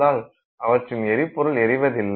அதிக வெப்பமடைவதால் அதன் இயக்கம் தடைபடுவது இல்லை